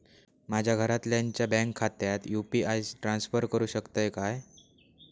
माझ्या घरातल्याच्या बँक खात्यात यू.पी.आय ट्रान्स्फर करुक शकतय काय?